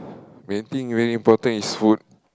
meeting very important is food